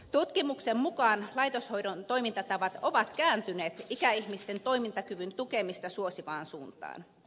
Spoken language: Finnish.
tutkimuksen mukaan laitoshoidon toimintatavat ovat kääntyneet ikäihmisten toimintakyvyn tukemista suosivaan suuntaan